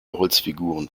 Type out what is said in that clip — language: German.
holzfiguren